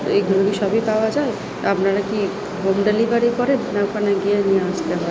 এগুলো সবই পাওয়া যায় আপনারা কি হোম ডেলিভারি করেন না ওখানে গিয়ে নিয়ে আসতে হয়